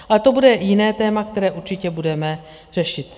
Ale to bude jiné téma, které určitě budeme řešit.